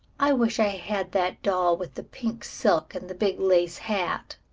i wish i had that doll with the pink silk and the big lace hat,